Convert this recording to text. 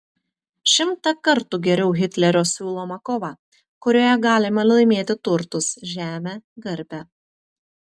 šimtą kartų geriau hitlerio siūloma kova kurioje galima laimėti turtus žemę garbę